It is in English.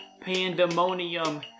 pandemonium